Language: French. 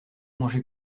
manger